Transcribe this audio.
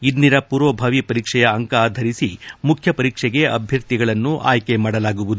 ಇಂದಿನ ಪೂರ್ವಭಾವಿ ಪರೀಕ್ಷೆಯ ಅಂಕ ಆಧರಿಸಿ ಮುಖ್ಯ ಪರೀಕ್ಷೆಗೆ ಅಭ್ಯರ್ಥಿಗಳನ್ನು ಆಯ್ಲೆ ಮಾಡಲಾಗುವುದು